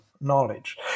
knowledge